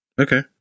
Okay